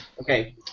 Okay